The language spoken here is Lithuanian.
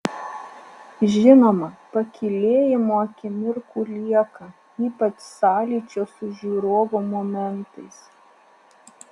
žinoma pakylėjimo akimirkų lieka ypač sąlyčio su žiūrovu momentais